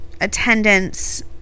attendance